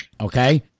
Okay